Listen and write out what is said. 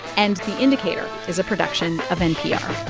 and the indicator is a production of npr